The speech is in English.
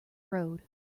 road